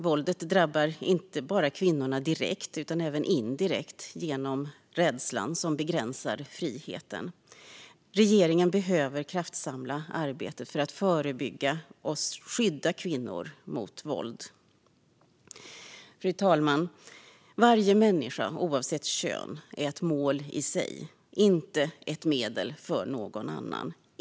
Våldet drabbar kvinnorna inte bara direkt utan även indirekt genom rädslan som begränsar friheten. Regeringen behöver kraftsamla arbetet för att förebygga och skydda kvinnor mot våld. Fru talman! Varje människa är oavsett kön ett mål i sig, inte ett medel för någon annan.